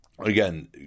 Again